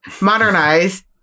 Modernized